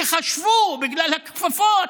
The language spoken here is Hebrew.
שחשבו, בגלל הכפפות,